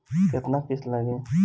केतना किस्त लागी?